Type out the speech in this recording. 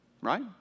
Right